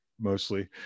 mostly